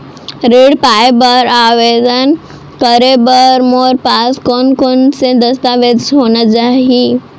ऋण पाय बर आवेदन करे बर मोर पास कोन कोन से दस्तावेज होना चाही?